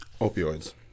Opioids